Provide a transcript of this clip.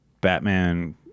Batman